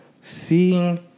seeing